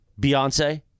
Beyonce